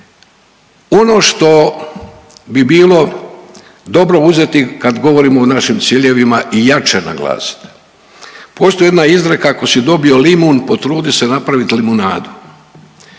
Ono što bi bilo dobro uzeti kad govorimo o našim ciljevima i jače naglasiti. Postoji jedna izreka ako si dobio limun potrudi se napraviti limunadu.